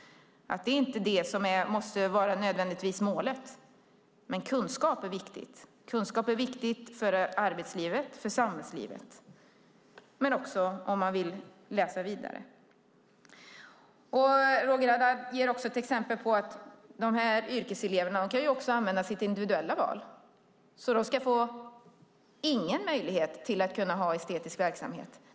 Det är inte det som nödvändigtvis måste vara målet, men kunskap är viktigt. Kunskap är viktigt för arbetslivet, för samhällslivet, men också om man vill läsa vidare. Roger Haddad ger exempel på att yrkeseleverna kan använda sitt individuella val. De ska alltså inte få någon möjlighet till estetisk verksamhet?